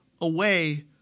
away